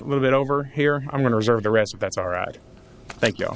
a little bit over here i'm going to reserve the rest of that's all right thank you